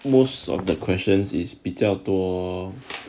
most of the questions is 比较多